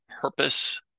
purpose